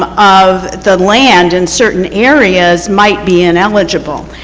ah of the land in certain areas might be ineligible.